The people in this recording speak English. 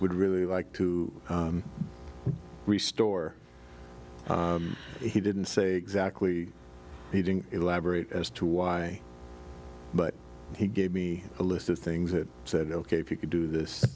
would really like to restore he didn't say exactly he didn't elaborate as to why but he gave me a list of things that said ok if you could do this